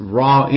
raw